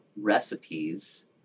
recipes